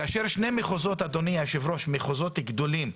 כאשר שני מחוזות, אדוני יושב הראש, מחוזות גדולים.